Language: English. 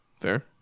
Fair